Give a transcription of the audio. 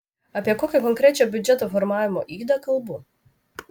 apie kokią konkrečią biudžeto formavimo ydą kalbu